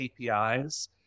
KPIs